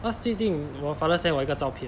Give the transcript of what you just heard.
cause 最近我 father send 我一个照片